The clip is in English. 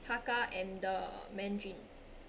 hakka and the mandarin